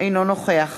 אינו נוכח